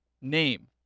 name